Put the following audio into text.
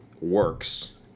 works